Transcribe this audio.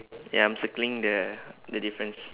ya I'm circling the the difference